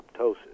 apoptosis